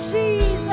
Jesus